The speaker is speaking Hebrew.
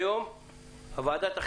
אל תתחיל איתי.